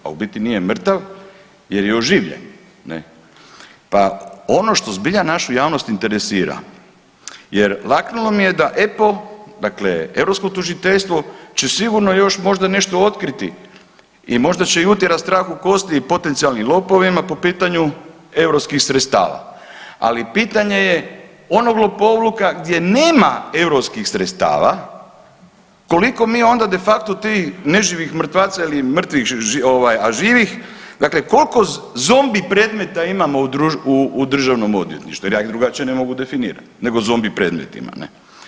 A u biti nije mrtav jer je oživljen ne, pa ono što zbilja našu javnost interesira jer laknulo mi je da EPO, dakle europsko tužiteljstvo će sigurno još možda nešto otkriti i možda će utjerati i strah u kosti i potencijalnim lopovima po pitanju europskih sredstava, ali pitanje je onog lopovluka gdje nema europskih sredstava koliko mi onda de facto tih neživih mrtvaca ili mrtvih ovaj a živih, dakle koliko zombi predmeta imamo u državnom odvjetništvu jer ja ih drugačije ne mogu definirati nego zombi predmetima ne.